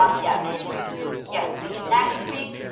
um yes yes next week